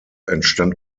entstand